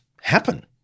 happen